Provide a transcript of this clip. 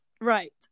right